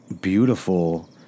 beautiful